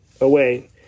away